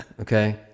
Okay